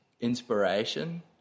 inspiration